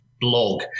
blog